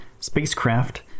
spacecraft